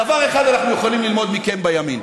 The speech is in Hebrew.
דבר אחד אנחנו יכולים ללמוד מכם בימין,